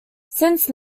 since